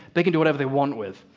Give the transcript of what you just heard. they can do whatever they want with